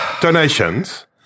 Donations